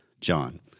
John